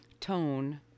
tone